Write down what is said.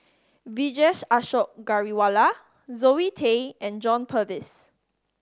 Vijesh Ashok Ghariwala Zoe Tay and John Purvis